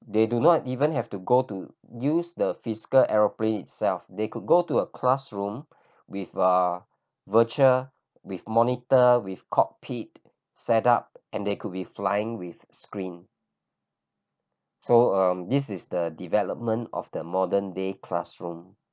they do not even have to go to use the physical aeroplane itself they could go to a classroom with a virtual with monitor with cockpit set up and they could be flying with screen so um this is the development of the modern day classroom